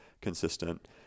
consistent